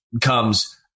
comes